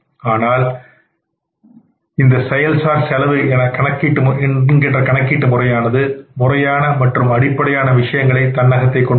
ஆனால் இந்த செயல் சார் செலவின கணக்கிட்டு முறையானது முறையான மற்றும் அடிப்படையான விஷயங்களை தன்னகத்தே கொண்டுள்ளது